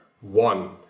one